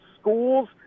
schools